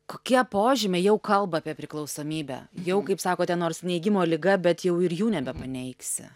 kokie požymiai jau kalba apie priklausomybę jau kaip sakote nors neigimo liga bet jau ir jų nebepaneigsi